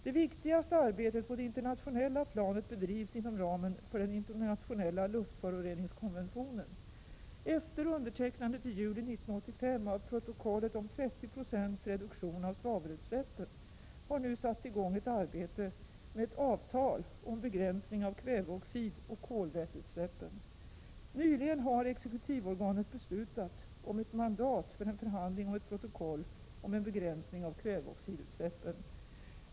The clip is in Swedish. Det viktigaste arbetet på det internationella planet bedrivs inom ramen för den internationella luftföroreningskonventionen. Efter undertecknandet i juli 1985 av protokollet om 30 70 reduktion av svavelutsläppen, har nu satts i gång ett arbete med ett avtal om begränsning av kväveoxidoch kolväteutsläppen. Nyligen har exekutivorganet beslutat om ett mandat för förhandling om ett protokoll om begränsning av kväveoxidutsläppen.